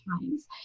times